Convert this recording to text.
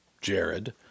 Jared